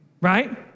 Right